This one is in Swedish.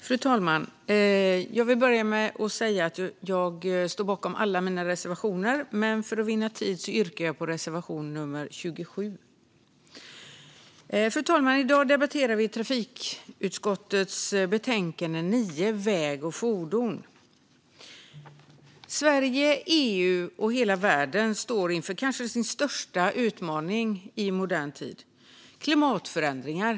Fru talman! Jag vill börja med att säga att jag står bakom alla våra reservationer, men för att vinna tid yrkar jag bifall endast till reservation 27. Fru talman! I dag debatterar vi trafikutskottets betänkande 9 Väg - och f ordon sfrågor . Sverige, EU och hela världen står inför sin kanske största utmaning i modern tid: klimatförändringar.